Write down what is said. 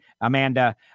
Amanda